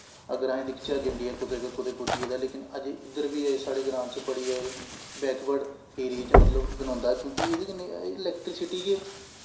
अगर अस दिखचै इंडिया कुदै दा कुदै पुज्जी गेदा लेकिन अज्जें इद्धर बी साढ़े ग्रांऽ च बड़ी बैकब्रड़ एरिये च मतलब गनोंदा ऐ क्योंकि एह्दे च इलैक्ट्रिसिटी गै